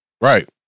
Right